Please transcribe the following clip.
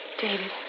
David